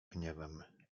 gniewem